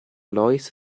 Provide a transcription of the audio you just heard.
lois